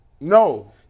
No